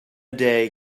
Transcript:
day